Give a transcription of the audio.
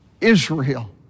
Israel